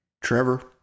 trevor